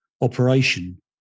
operation